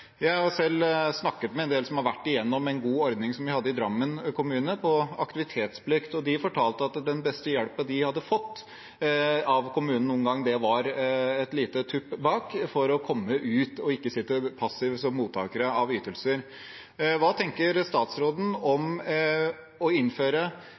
Jeg har selv snakket med en del som har vært gjennom en god ordning med aktivitetsplikt man hadde i Drammen kommune. De fortalte at den beste hjelpen de noen gang hadde fått av kommunen, var et lite tupp bak for å komme ut og ikke sitte passiv som mottaker av ytelser. Hva tenker statsråden